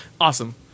Awesome